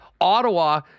Ottawa